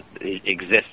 exists